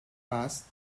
passed